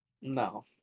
No